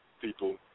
people